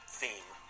theme